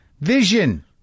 vision